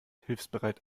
hilfsbereit